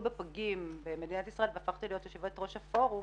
בפגים במדינת ישראל והפכתי להיות יושבת ראש הפורום,